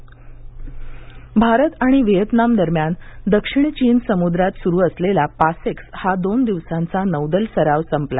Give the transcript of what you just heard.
भारत भारत आणि व्हिएतनाम दरम्यान दक्षिण चीन समुद्रात सुरू असलेला पासेक्स हा दोन दिवसांचा नौदल सराव काल संपला